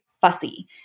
fussy